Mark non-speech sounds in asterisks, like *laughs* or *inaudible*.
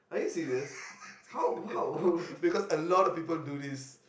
*laughs* no because a lot of people do this